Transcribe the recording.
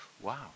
wow